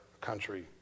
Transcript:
country